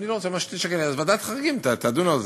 אני לא אז ועדת חריגים תדון בזה.